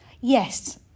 Yes